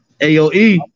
AOE